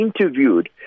interviewed